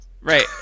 Right